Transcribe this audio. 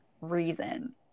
reason